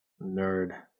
Nerd